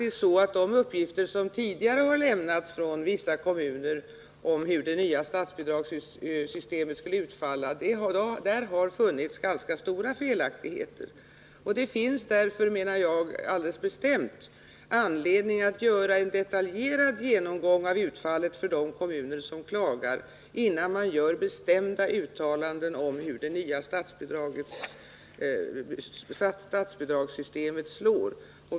I de uppgifter som tidigare har lämnats från vissa kommuner om hur det nya statsbidragssystemet skulle utfalla har det faktiskt funnits ganska stora felaktigheter. Därför finns det, menar jag, anledning att göra en detaljerad genomgång av utfallet för de kommuner som klagar, innan man gör bestämda uttalanden om hur det nya statsbidragssystemet slår.